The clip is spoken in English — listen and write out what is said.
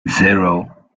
zero